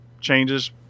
changes